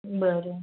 बरं